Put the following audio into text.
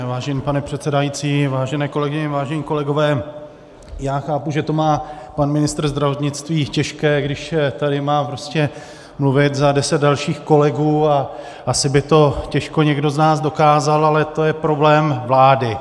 Vážený pane předsedající, vážené kolegyně, vážení kolegové, já chápu, že to má pan ministr zdravotnictví těžké, když tady má mluvit za deset dalších kolegů, a asi by to těžko někdo z nás dokázal, ale to je problém vlády.